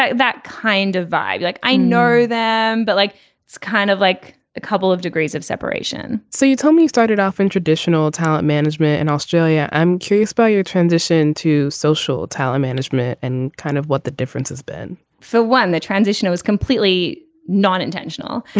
that kind of vibe like i know them but like it's kind of like a couple of degrees of separation so you told me started off in traditional talent management in australia. i'm curious by your transition to social talent management and kind of what the difference has been for one the transition was completely non intentional. and